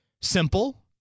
Simple